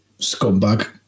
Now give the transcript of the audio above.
Scumbag